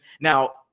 now